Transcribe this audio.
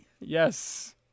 Yes